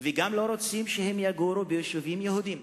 וגם לא רוצים שהם יגורו ביישובים יהודיים.